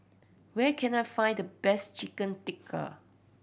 where can I find the best Chicken Tikka